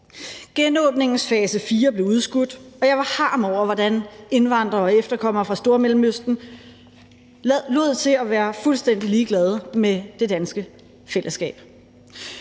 Genåbningens fase fire blev udskudt, og jeg var harm over, hvordan indvandrere og efterkommere fra Stormellemøsten lod til at være fuldstændig ligeglade med det danske fællesskab.